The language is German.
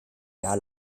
jahr